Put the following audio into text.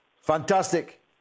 Fantastic